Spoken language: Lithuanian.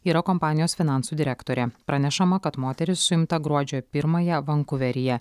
yra kompanijos finansų direktorė pranešama kad moteris suimta gruodžio pirmąją vankuveryje